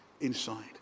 inside